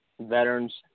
veterans